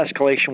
escalation